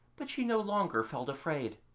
but she no longer felt afraid.